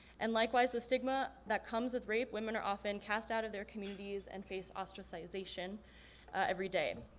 and likewise the stigma that comes with rape, women are often cast out of their communities and face ostracization every day.